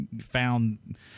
found